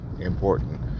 important